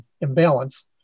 imbalance